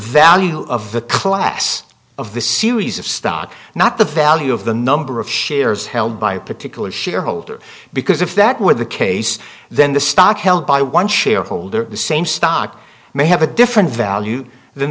value of the class of the series of stock not the value of the number of shares held by a particular shareholder because if that were the case then the stock held by one shareholder the same stock may have a different value than